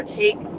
take